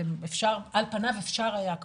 ועל פניו אפשר היה להחליט ולעשות,